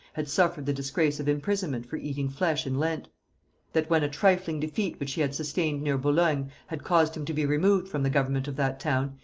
had suffered the disgrace of imprisonment for eating flesh in lent that when a trifling defeat which he had sustained near boulogne had caused him to be removed from the government of that town,